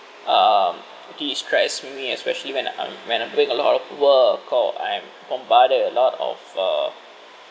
um de-stress me especially when I'm when I'm doing a lot of work or I'm bombarded with a lot of uh